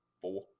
four